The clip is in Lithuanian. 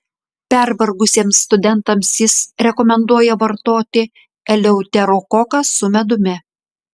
pervargusiems studentams jis rekomenduoja vartoti eleuterokoką su medumi